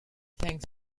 thanks